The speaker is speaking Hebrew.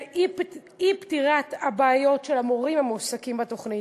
של אי-פתירת הבעיות של המורים המועסקים בתוכנית,